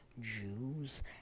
Jews